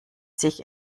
sich